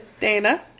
Dana